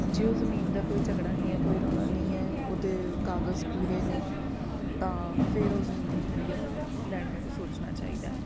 ਜੇ ਉਹ ਜਮੀਨ ਦਾ ਕੋਈ ਝਗੜਾ ਨਹੀਂ ਹੈ ਕੋਈ ਰੌਲਾ ਨਹੀਂ ਹੈ ਉਹਦੇ ਕਾਗਜ਼ ਪੂਰੇ ਨੇ ਤਾਂ ਫਿਰ ਉਹ ਜਮੀਨ ਜਿਹੜੀ ਆ ਉਹ ਲੈਣ ਬਾਰੇ ਸੋਚਣਾ ਚਾਹੀਦਾ